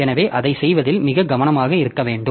எனவே அதைச் செய்வதில் மிகவும் கவனமாக இருக்க வேண்டும்